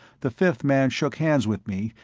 the fifth man shook hands with me,